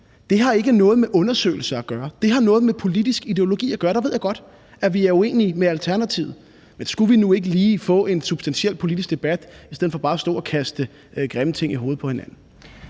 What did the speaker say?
Det har ikke noget med undersøgelser at gøre, det har noget med politisk ideologi at gøre. Jeg ved godt, at vi er uenige med Alternativet, men skulle vi nu ikke lige få en substantiel politisk debat i stedet for bare at stå og kaste grimme ting i hovedet på hinanden?